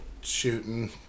shooting